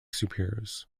superheroes